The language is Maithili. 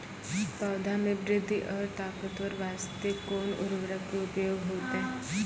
पौधा मे बृद्धि और ताकतवर बास्ते कोन उर्वरक के उपयोग होतै?